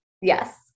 yes